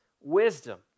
wisdom